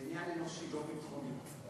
אני דיברתי, לא,